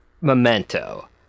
memento